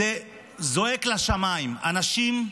זה זועק לשמיים: אנשים,